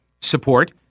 support